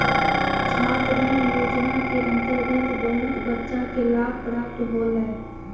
छात्र ऋण योजना के अंतर्गत बहुत बच्चा के लाभ प्राप्त होलय